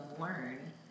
learn